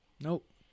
Nope